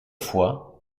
fois